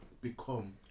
become